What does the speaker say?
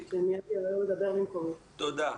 תודה.